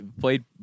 played